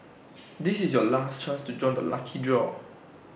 this is your last chance to join the lucky draw